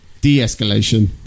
De-escalation